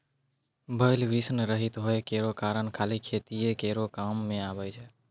बैल वृषण रहित होय केरो कारण खाली खेतीये केरो काम मे आबै छै